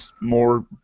more